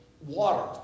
water